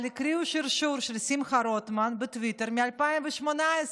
הקריאו שרשור של שמחה רוטמן בטוויטר מ-2018.